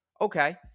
Okay